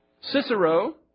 Cicero